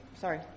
Sorry